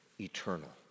eternal